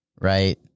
Right